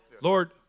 Lord